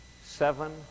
seven